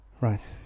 right